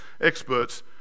experts